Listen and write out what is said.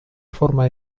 forma